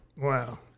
Wow